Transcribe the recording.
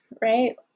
right